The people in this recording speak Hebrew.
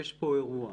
יש פה אירוע,